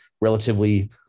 relatively